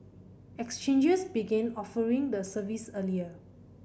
exchanges began offering the service earlier